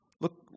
Look